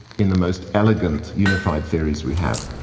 in the most elegant unified theories we have.